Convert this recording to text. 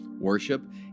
worship